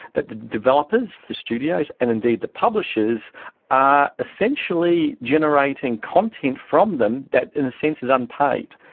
that the developers, the studios and indeed the publishers are essentially generating content from them that in a sense is unpaid,